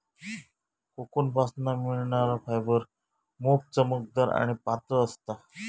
कोकूनपासना मिळणार फायबर मोप चमकदार आणि पातळ असता